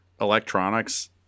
electronics